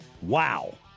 Wow